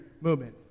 movement